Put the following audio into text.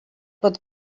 pot